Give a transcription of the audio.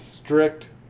strict